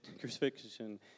crucifixion